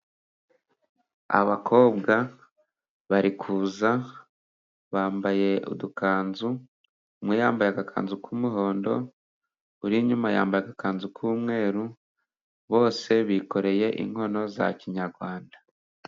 Abakobwa bari kuza bambaye udukanzu. Umwe yambaye agakanzu k'umuhondo, uri inyuma yambaye agakanzu k'umweru. Bose bikoreye inkono za kinyarwanda.